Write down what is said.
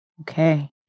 Okay